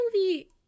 movie